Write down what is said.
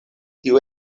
tiu